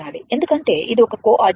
ఎందుకంటే ఇది ఒక కోఆర్డినేట్